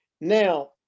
Now